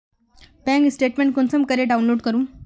Bank statement कुंसम करे download करूम?